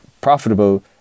profitable